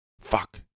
Fuck